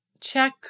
check